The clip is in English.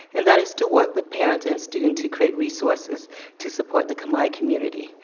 and that is to work with parents and students to create resources to support the khmer community.